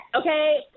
Okay